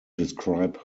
describe